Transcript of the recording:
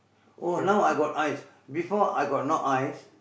oh now I got eyes before I got no eyes